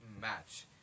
match